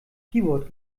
keyboard